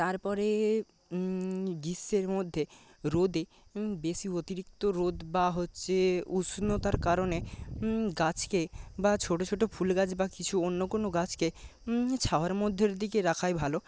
তারপরে গ্রীষ্মের মধ্যে রোদে বেশি অতিরিক্ত রোদ বা হচ্ছে উষ্ণতার কারণে গাছকে বা ছোট ছোট ফুল গাছ বা কিছু অন্য কোন গাছকে ছাওয়ার মধ্যের দিকে রাখাই ভালো